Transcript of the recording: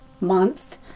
month